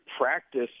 practice